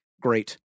Great